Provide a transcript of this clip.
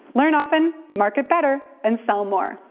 learn often, market better and sell more.